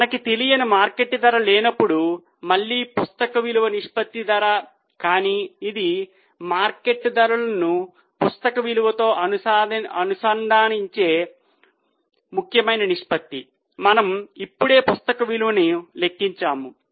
మనకు తెలియని మార్కెట్ ధర లేనప్పుడు మళ్ళీ పుస్తక విలువ నిష్పత్తికి ధర కానీ ఇది మార్కెట్ ధరలను పుస్తక విలువతో అనుసంధానించే ముఖ్యమైన నిష్పత్తి మనము ఇప్పుడే పుస్తక విలువను లెక్కించాము